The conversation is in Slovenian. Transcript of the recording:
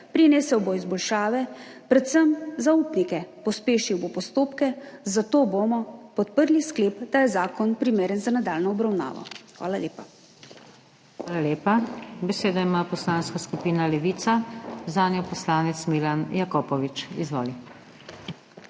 prinesel bo izboljšave predvsem za upnike, pospešil bo postopke, zato bomo podprli sklep, da je zakon primeren za nadaljnjo obravnavo. Hvala lepa. **PODPREDSEDNICA NATAŠA SUKIČ:** Hvala lepa. Besedo ima Poslanska skupina Levica, zanjo poslanec Milan Jakopovič. Izvoli.